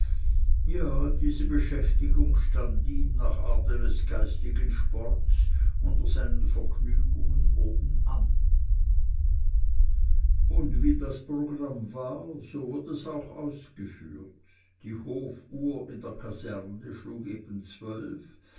ja diese beschäftigung stand ihm nach art eines geistigen sports unter seinen vergnügungen obenan und wie das programm war so wurd es auch ausgeführt die hofuhr in der kaserne schlug eben zwölf